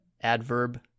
adverb